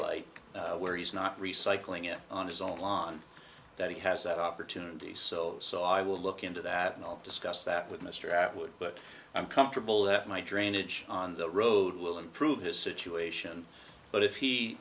like where he's not recycling it on his own lawn that he has that opportunity so so i will look into that and i'll discuss that with mr out wood but i'm comfortable that my drainage on the road will improve his situation but if he